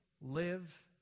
Live